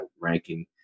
ranking